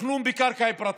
לתכנון בקרקע פרטית.